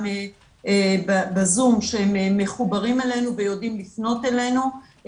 בזום שמחוברים אלינו יודעים לפנות אלינו,